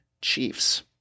Chiefs